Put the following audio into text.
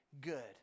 good